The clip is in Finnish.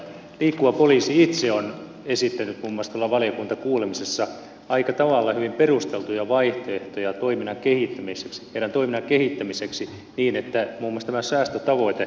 liikkuva poliisi itse on esittänyt muun muassa valiokuntakuulemisessa aika tavalla hyvin perusteltuja vaihtoehtoja heidän toimintansa kehittämiseksi niin että muun muassa tämä säästötavoite saavutetaan